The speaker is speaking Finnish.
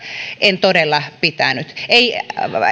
en todella pitänyt ei